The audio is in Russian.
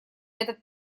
этот